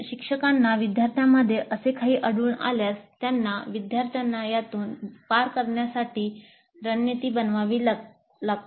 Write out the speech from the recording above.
शिक्षकांना विद्यार्थ्यांमध्ये असे काही आढळून आल्यास त्यांना विद्यार्थ्यांना यातून पार करण्यासाठी रणनीती बनवावी लागते